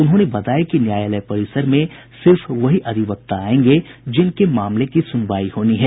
उन्होंने बताया कि न्यायालय परिसर में सिर्फ वही अधिवक्ता आयेंगे जिनके मामले की सुनवाई होनी है